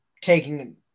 taking